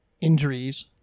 injuries